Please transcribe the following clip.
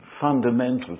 fundamental